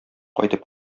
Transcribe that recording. кайтып